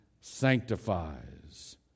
sanctifies